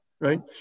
right